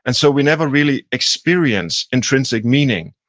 and so we never really experience intrinsic meaning,